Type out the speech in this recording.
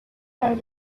are